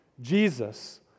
Jesus